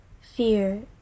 Fear